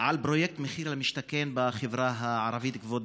על פרויקט מחיר למשתכן בחברה הערבית, כבוד